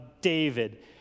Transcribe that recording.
David